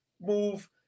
move